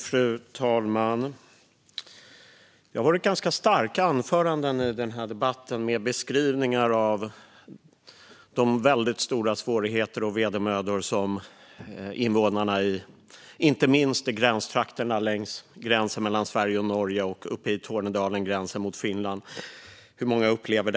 Fru talman! Det har varit ganska starka anföranden i den här debatten, med beskrivningar av de väldigt stora svårigheter och vedermödor som inte minst invånarna längs gränsen mellan Sverige och Norge och uppe i Tornedalen, vid gränsen mot Finland, upplever.